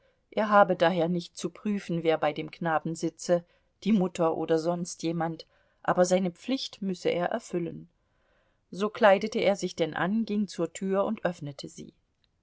er habe daher nicht zu prüfen wer bei dem knaben sitze die mutter oder sonst jemand aber seine pflicht müsse er erfüllen so kleidete er sich denn an ging zur tür und öffnete sie